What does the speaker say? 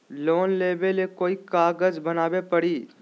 Loan लेबे ले कोई कागज बनाने परी?